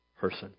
person